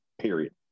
Period